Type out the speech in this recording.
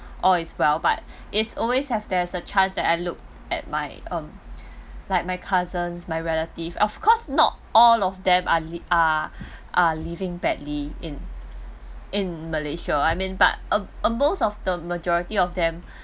all is well but is always have there's a chance that I look at my um like my cousins my relative of cause not all of them are li~ are are living badly in in malaysia I mean but a a most of the majority of them